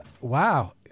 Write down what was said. Wow